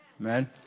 Amen